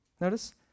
Notice